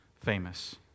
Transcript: famous